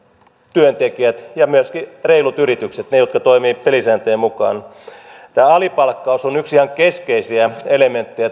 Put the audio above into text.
työntekijät ja myöskin reilut yritykset ne jotka toimivat pelisääntöjen mukaan alipalkkaus on tällä hetkellä yksi ihan keskeisiä elementtejä